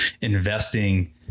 investing